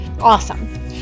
awesome